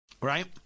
Right